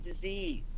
disease